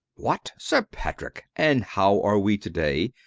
what! sir patrick! and how are we to-day?